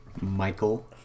Michael